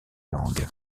langue